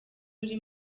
uri